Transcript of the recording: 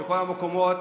בכל המקומות,